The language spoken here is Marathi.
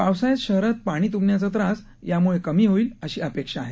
पावसाळ्यात शहरात पाणी तुंबण्याचा त्रास यामुळे कमी होईल अशी अपेक्षा आहे